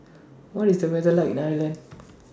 What IS The weather like in Ireland